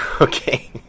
Okay